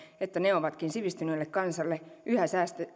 että ne ovatkin sivistyneelle kansalle yhä